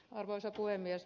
arvoisa puhemies